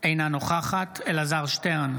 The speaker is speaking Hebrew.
אינה נוכחת אלעזר שטרן,